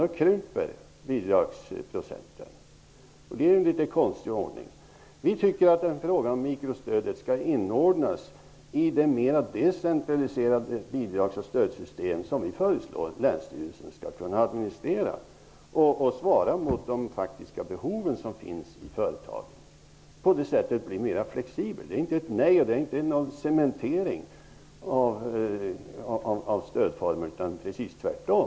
Då krymper bidragsprocenten. Det är en litet konstig ordning. Vi tycker att frågan om mikrostödet skall inordnas i det mera decentraliserade bidrags och stödsystem som vi föreslår att länsstyrelsen skall kunna administrera. Det hela skall svara mot de faktiska behoven som finns i företagen. På det sättet blir det mera flexibilitet. Detta är inte ett nej eller en cementering av stödformerna, utan precis tvärtom.